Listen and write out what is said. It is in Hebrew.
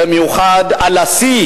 במיוחד על השיא